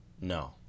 No